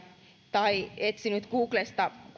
tai etsinyt google